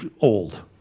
old